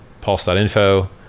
pulse.info